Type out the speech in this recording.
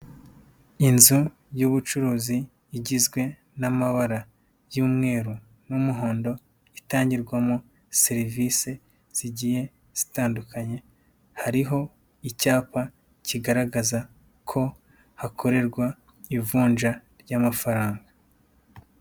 Inzu y'ubucuruzi igizwe n'amabara y'umweru n'umuhondo itangirwamo serivisi zigiye zitandukanye, hariho icyapa kigaragaza ko hakorerwa ivunja ry'amafaranga.